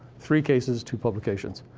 three cases, two publications.